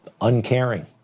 uncaring